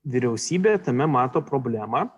vyriausybė tame mato problemą